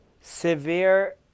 severe